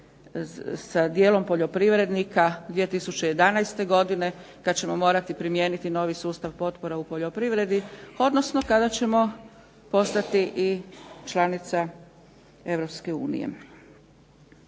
sa dijelom poljoprivrednika 2011. godine kad ćemo morati primijeniti novi sustav potpora u poljoprivredi, odnosno kada ćemo postati i članica